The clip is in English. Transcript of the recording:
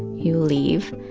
you leave.